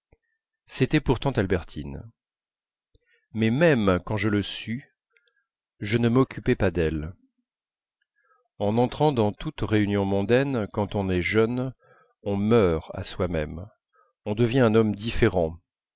c'était pourtant albertine mais même quand je le sus je ne m'occupai pas d'elle en entrant dans toute réunion mondaine quand on est jeune on meurt à soi-même on devient un homme différent